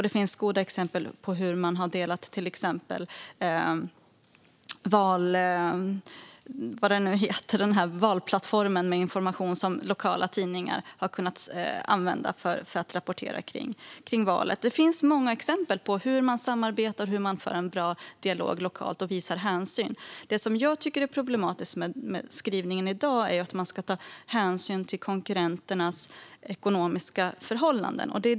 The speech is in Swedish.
Det finns goda exempel, där man bland annat har delat den valplattform med information som finns. Den har lokala tidningar kunnat använda för att rapportera om valet. Det finns många exempel på hur man samarbetar och hur man för en bra dialog lokalt och visar hänsyn. Det som jag tycker är problematiskt med skrivningen i dag är att man ska ta hänsyn till konkurrenternas ekonomiska förhållanden.